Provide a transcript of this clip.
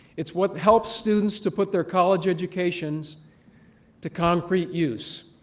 it's what helps students to put their college educations to concrete use.